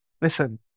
Listen